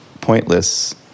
pointless